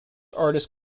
artist